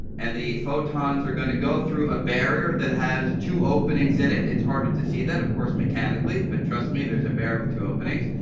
and the photons are going to go through a barrier that has two openings in it it's harder to see that of course mechanically, but trust me there's a barrier with two openings.